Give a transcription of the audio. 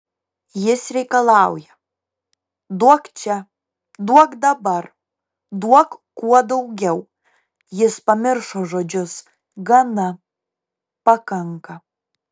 jis reikalauja duok čia duok dabar duok kuo daugiau jis pamiršo žodžius gana pakanka